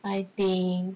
I think